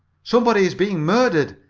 somebody is being murdered!